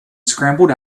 scrambled